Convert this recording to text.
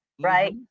right